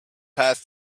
path